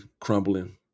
crumbling